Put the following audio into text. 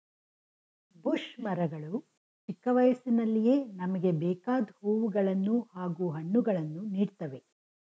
bush ಮರಗಳು ಚಿಕ್ಕ ವಯಸ್ಸಿನಲ್ಲಿಯೇ ನಮ್ಗೆ ಬೇಕಾದ್ ಹೂವುಗಳನ್ನು ಹಾಗೂ ಹಣ್ಣುಗಳನ್ನು ನೀಡ್ತವೆ